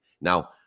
Now